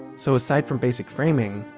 so, aside from basic framing,